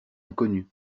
inconnue